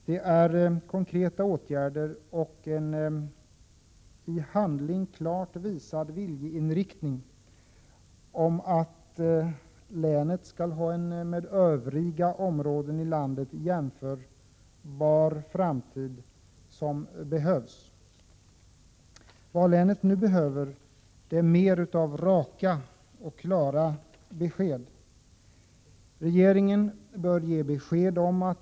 Det behövs också konkreta åtgärder och en i handling klart visad viljeinriktning — dvs. att länet skall ha en med övriga områden i landet jämförbar framtid. Vad länet nu behöver är alltså mer av raka och klara besked.